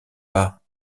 pas